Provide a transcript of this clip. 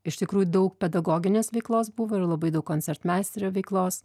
iš tikrųjų daug pedagoginės veiklos buvo ir labai daug koncertmeisterio veiklos